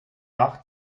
nach